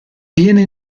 viene